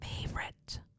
favorite